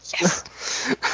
yes